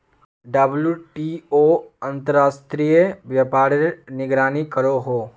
WTO अंतर्राश्त्रिये व्यापारेर निगरानी करोहो